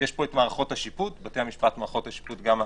יש פה בתי המשפט ומערכות השיפוט, גם הדתיות,